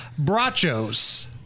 brachos